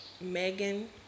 Megan